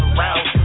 round